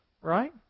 right